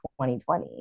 2020